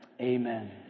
Amen